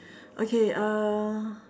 okay uh